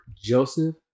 Joseph